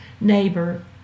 neighbor